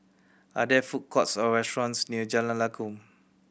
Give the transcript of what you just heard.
are there food courts or restaurants near Jalan Lakum